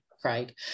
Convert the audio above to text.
Craig